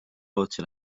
rootsi